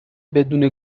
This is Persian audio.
بدون